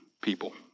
people